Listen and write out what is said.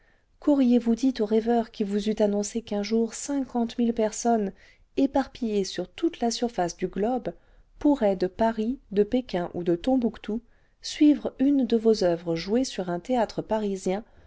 rossini quauriez vous dit au rêveur qui vous eût annoncé qu'un jout cinquante mille personnes éparpillées sur toute la surface du globe pourraient de paris de pékin ou de tombouctou suivre une de vos oeuvres jouée sur un théâtre parisien